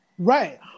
Right